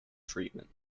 treatment